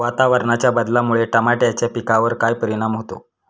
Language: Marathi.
वातावरणाच्या बदलामुळे टमाट्याच्या पिकावर काय परिणाम होतो?